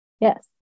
Yes